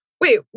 wait